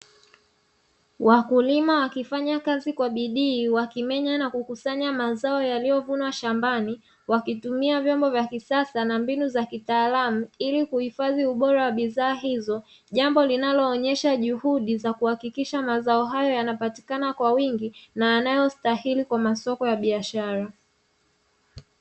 Wakulima wakifanya kazi kwa bidii wakimenya na kukusanya mazao yaliyovunwa shambani, wakitumia vyombo vya kisasa na mbinu za kitaalamu, ili kuhifadhi ubora wa bidhaa hizo jambo linaoonyesha juhudi ya kuhakikisha mazao hayo yanapatikana kwa wingi na yanayostahiri kwa masoko ya biashara.